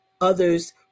others